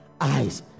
eyes